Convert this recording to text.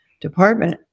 department